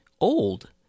old